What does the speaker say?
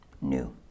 new